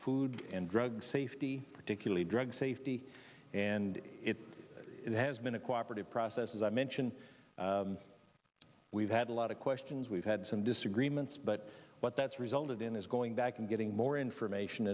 food and drug safety particularly drug safety and it has been acquired process as i mentioned we've had a lot of questions we've had some disagreements but what that's resulted in is going back and getting more information